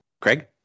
Craig